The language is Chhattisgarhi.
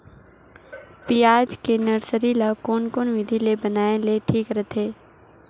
पियाज के नर्सरी ला कोन कोन विधि ले बनाय ले ठीक रथे?